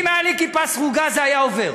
אם הייתה לי כיפה סרוגה זה היה עובר,